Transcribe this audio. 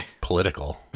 political